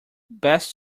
best